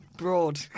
Broad